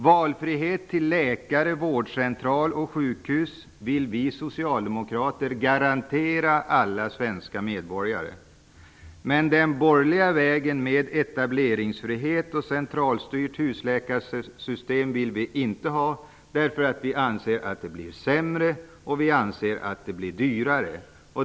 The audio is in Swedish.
Vi socialdemokrater vill garantera alla svenska medborgare valfrihet till läkare, vårdcentral och sjukhus. Men den borgerliga vägen med etableringsfrihet och centralstyrt husläkarsystem vill vi inte gå. Vi anser att det blir sämre och dyrare.